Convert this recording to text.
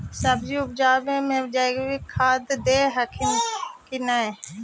सब्जिया उपजाबे मे जैवीक खाद दे हखिन की नैय?